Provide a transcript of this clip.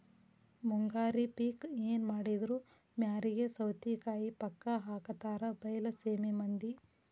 ಮುಂಗಾರಿ ಪಿಕ್ ಎನಮಾಡಿದ್ರು ಮ್ಯಾರಿಗೆ ಸೌತಿಕಾಯಿ ಪಕ್ಕಾ ಹಾಕತಾರ ಬೈಲಸೇಮಿ ಮಂದಿ